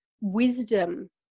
wisdom